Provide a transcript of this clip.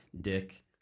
Dick